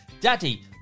daddy